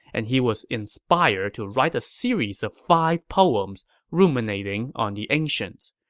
and he was inspired to write a series of five poems ruminating on the ancients.